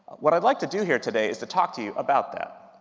what i'd like to do here today is to talk to you about that.